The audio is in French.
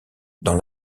dans